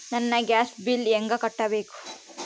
ನನ್ನ gas bill ಹೆಂಗ ಕಟ್ಟಬೇಕು?